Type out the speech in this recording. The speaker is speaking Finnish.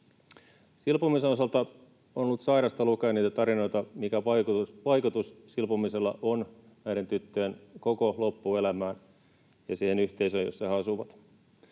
Silpomisen osalta on ollut sairasta lukea niitä tarinoita, mikä vaikutus silpomisella on näiden tyttöjen koko loppuelämään ja siihen yhteisöön, jossa he asuvat.